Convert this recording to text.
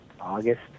August